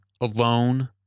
alone